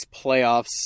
playoffs